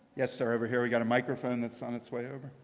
yes, sir. over here. we've got a microphone that's on its way over.